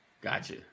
gotcha